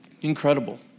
Incredible